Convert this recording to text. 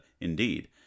indeed